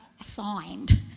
assigned